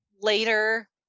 later